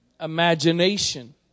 imagination